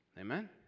Amen